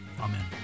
Amen